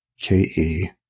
K-E